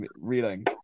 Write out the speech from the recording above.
reading